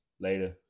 Later